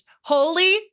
Holy